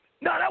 No